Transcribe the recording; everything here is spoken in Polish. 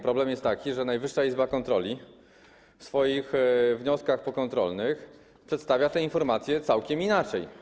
Problem jest taki, że Najwyższa Izba Kontroli w swoich wnioskach pokontrolnych przedstawia tę informację całkiem inaczej.